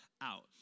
out